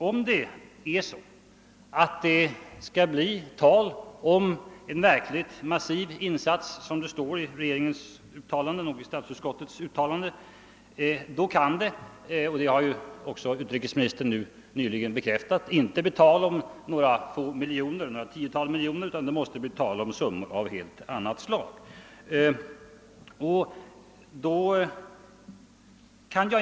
Om det skall bli tal om en verkligt stor insats, som det står i regeringens och statsutskottets uttalanden, kan det — det har också utrikesministern nyss bekräftat — inte bli tal om några få miljoner utan det måste bli fråga om summor av en helt annan storlek.